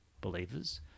believers